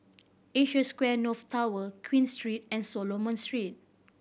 Asia Square North Tower Queen Street and Solomon Street